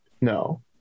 No